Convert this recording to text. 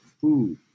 food